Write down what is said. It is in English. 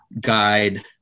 guide